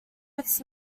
its